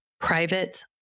private